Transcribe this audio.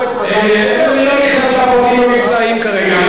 אני לא נכנס לפרטים המבצעיים כרגע,